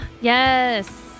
Yes